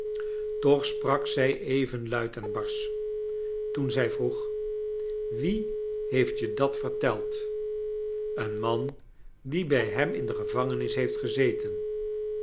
toch sprak zij even luid en barsch toen zij vroeg wie heeft je dat verteld een man die bij hem in de gevangeni s heeft ge